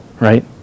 right